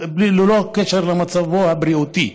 בלי קשר למצבו הבריאותי,